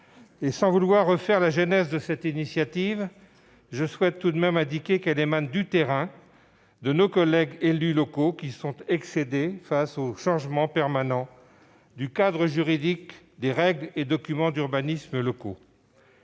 Sans vouloir retracer la genèse de cette initiative, je souhaite tout de même indiquer qu'elle émane du terrain, de nos collègues élus locaux qui sont excédés par les changements permanents du cadre juridique des règles et documents d'urbanisme locaux.